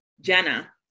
jenna